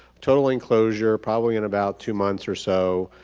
total enclosure probably in about two months or so.